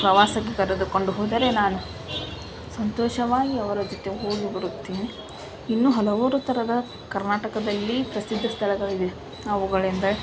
ಪ್ರವಾಸಕ್ಕೆ ಕರೆದುಕೊಂಡು ಹೋದರೆ ನಾನು ಸಂತೋಷವಾಗಿ ಅವರ ಜೊತೆ ಹೋಗಿ ಬರುತ್ತೇನೆ ಇನ್ನೂ ಹಲವಾರು ಥರದ ಕರ್ನಾಟಕದಲ್ಲಿ ಪ್ರಸಿದ್ಧ ಸ್ಥಳಗಳಿವೆ ಅವುಗಳೆಂದರೆ